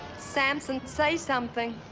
samson, say something.